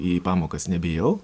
į pamokas nebijau